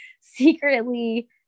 secretly